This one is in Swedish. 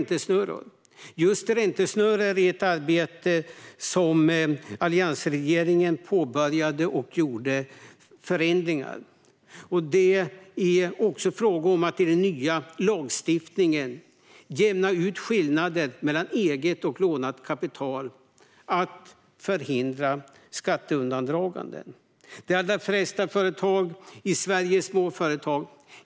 Just när det gäller räntesnurror påbörjade alliansregeringen ett arbete och gjorde förändringar. Det är också fråga om att i den nya lagstiftningen jämna ut skillnader mellan eget och lånat kapital och att förhindra skatteundandragande. De allra flesta företag i Sverige är små företag.